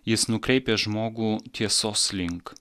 jis nukreipia žmogų tiesos link